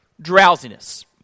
drowsiness